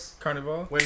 Carnival